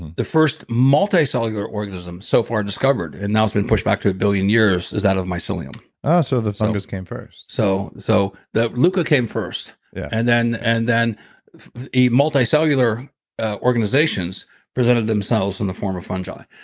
the first multicellular organisms so far discovered. and now it's been pushed back to a billion years is that of mycelium oh, so the fungus came first so so luca came first yeah and then and then a multicellular organizations presented themselves in the form of fungi.